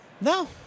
No